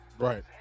Right